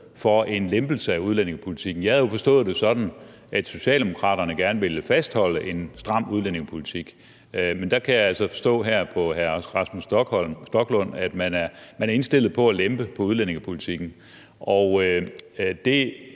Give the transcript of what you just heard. for en lempelse af udlændingepolitikken. Jeg har jo forstået det sådan, at Socialdemokratiet gerne ville fastholde en stram udlændingepolitik, men nu kan jeg altså forstå her på hr. Rasmus Stoklund, at man er indstillet på at lempe på udlændingepolitikken. Og det,